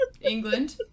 England